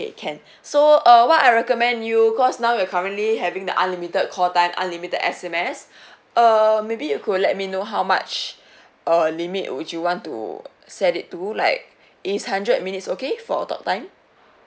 can so uh what I recommend you cause now we're currently having the unlimited call time unlimited S_M_S err maybe you could let me know how much err limit would you want to set it to like is hundred minutes okay for talk time